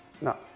No